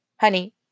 honey